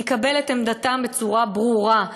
יקבל את עמדתם בצורה ברורה,